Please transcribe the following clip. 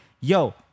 yo